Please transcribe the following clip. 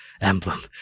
emblem